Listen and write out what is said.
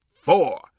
four